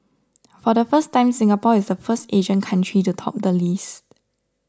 for the first time Singapore is the first Asian country to top the list